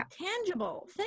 tangible